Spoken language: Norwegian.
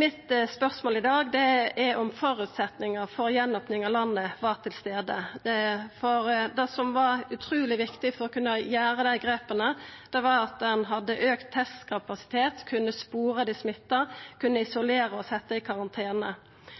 Mitt spørsmål i dag er om føresetnaden for gjenopning av landet var til stades. Det som var utruleg viktig for å kunna ta dei grepa, var at ein hadde auka testkapasitet, kunna spora dei smitta,